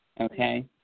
Okay